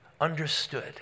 understood